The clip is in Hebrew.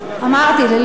ללא הבדל מוצא,